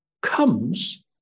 comes